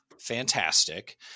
fantastic